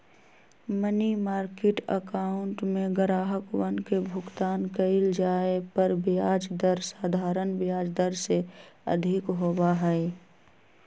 money market account में ग्राहकवन के भुगतान कइल जाये पर ब्याज दर साधारण ब्याज दर से अधिक होबा हई